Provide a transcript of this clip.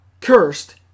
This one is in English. Cursed